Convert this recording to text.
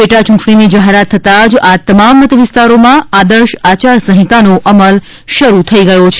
પેટા ચૂંટણીની જાહેરાત થતાં જ આ તમામ મત વિસ્તારોમાં આદર્શ આચારસંહિતાનો અમલ શરૂ થઈ ગયો છે